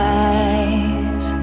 eyes